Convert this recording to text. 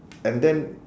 and then